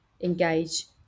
engage